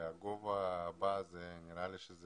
והגובה הבא, נראה לי שזאת